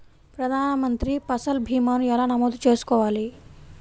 ప్రధాన మంత్రి పసల్ భీమాను ఎలా నమోదు చేసుకోవాలి?